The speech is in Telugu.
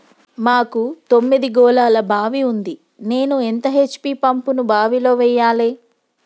మాకు తొమ్మిది గోళాల బావి ఉంది నేను ఎంత హెచ్.పి పంపును బావిలో వెయ్యాలే?